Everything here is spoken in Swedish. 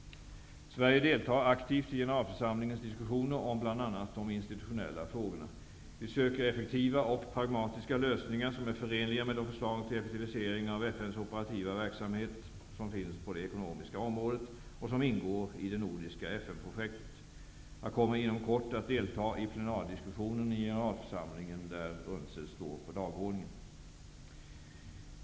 Sverige deltar aktivt i generalförsamlingens diskussioner om bl.a. de institutionella frågorna. Vi söker effektiva och pragmatiska lösningar som är förenliga med de förslag till effektivisering av FN:s operativa verksamhet på det ekonomiska området, som ingår i det nordiska FN-projektet. Jag kommer inom kort att delta i plenardiskussionen i generalförsamlingen där UNCED står på dagordningen.